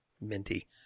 minty